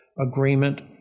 agreement